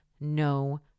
no